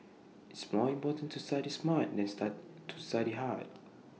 IT is more important to study smart than to study hard